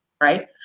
right